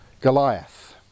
Goliath